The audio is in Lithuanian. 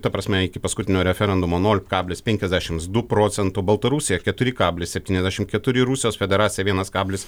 ta prasme iki paskutinio referendumo nol kablis penkiasdešims du procentų baltarusija keturi kablis septyniasdešim keturi rusijos federacija vienas kablis